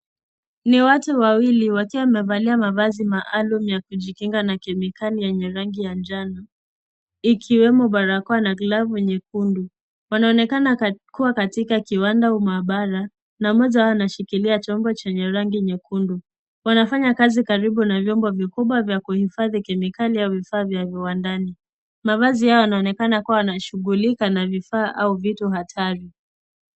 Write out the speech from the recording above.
Ni watu wawili wakiwa wamevalia mafasi maalum ya kujikinga nakemikali yenye rangi ya njano ikiwemo barakoa na glavu nyekundu ,wanaonekana kuwa katika kiwanda au maabara na mmoja wao anashikilia chombo chenye rangi nyekundu wanafanya kazi karibu na vyombo vikubwa vya kuhifhadhi kemikali au vifaa vya viwandani mavazi yao yanaonekana kuwa na shughulika na vifaa au vitu hatari.